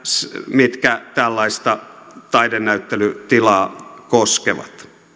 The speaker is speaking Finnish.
mitkä tällaista taidenäyttelytilaa koskevat